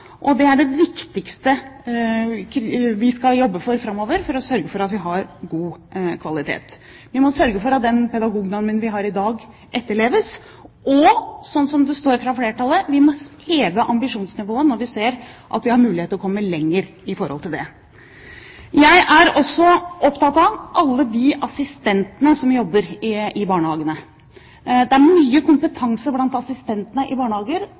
og det er det viktigste vi skal jobbe for framover; å sørge for at vi har god kvalitet. Vi må sørge for at den pedagognormen vi har i dag, etterleves, og – som det sies fra flertallet – vi må heve ambisjonsnivået når vi ser at vi har en mulighet til å komme lenger når det gjelder dette. Jeg er også opptatt av alle de assistentene som jobber i barnehagene. Det er mye kompetanse blant assistentene i